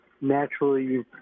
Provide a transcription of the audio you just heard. naturally